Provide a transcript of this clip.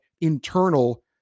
internal